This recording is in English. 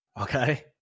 Okay